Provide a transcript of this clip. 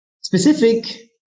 specific